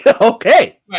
Okay